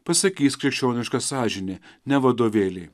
pasakys krikščioniška sąžinė ne vadovėliai